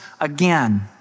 again